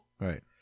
Right